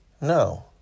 No